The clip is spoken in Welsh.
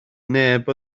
neb